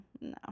No